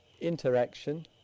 interaction